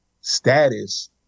status